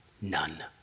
None